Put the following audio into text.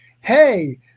hey